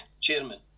chairman